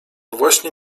właśnie